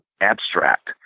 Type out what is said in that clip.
abstract